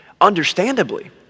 Understandably